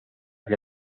que